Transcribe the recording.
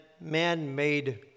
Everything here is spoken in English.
man-made